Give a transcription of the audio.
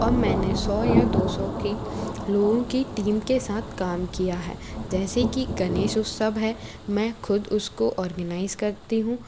और मैंने सौ या दो सौ की लोगों की टीम के साथ काम किया है जैसे की गणेश उत्सव है मैं ख़ुद उसको ऑर्गनाइज़ करती हूँ